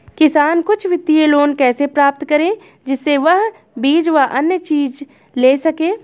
किसान कुछ वित्तीय लोन कैसे प्राप्त करें जिससे वह बीज व अन्य चीज ले सके?